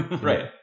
Right